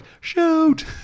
shoot